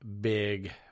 big